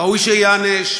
ראוי שייענש,